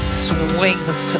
swings